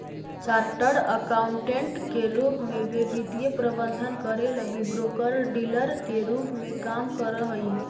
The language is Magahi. चार्टर्ड अकाउंटेंट के रूप में वे वित्तीय प्रबंधन करे लगी ब्रोकर डीलर के रूप में काम करऽ हई